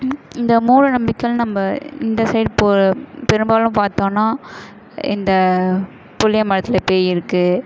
இந்த மூட நம்பிக்கையில் நம்ம இந்த சைட் இப்போது பெரும்பாலும் பார்த்தோம்னா இந்த புளியமரத்தில் பேய் இருக்குது